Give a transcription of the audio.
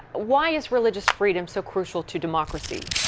why is religious freedom so crucial to democracy?